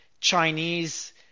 Chinese –